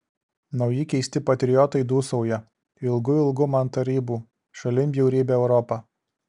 nauji keisti patriotai dūsauja ilgu ilgu man tarybų šalin bjaurybę europą